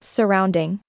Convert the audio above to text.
Surrounding